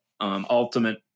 ultimate